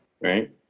Right